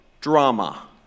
Drama